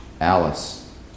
Alice